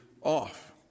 off